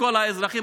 לכל האזרחים,